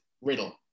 Riddle